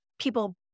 people